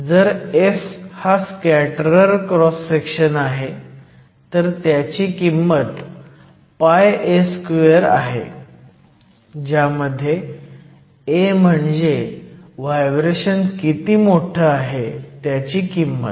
जर S हा scatterer cross section आहे तर त्याची किंमत πa2 आहे ज्यामध्ये a म्हणजे व्हायब्रेशन किती मोठं आहे त्याची किंमत